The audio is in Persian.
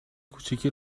کوچیکی